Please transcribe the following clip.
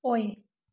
ꯑꯣꯏ